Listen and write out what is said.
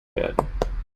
werden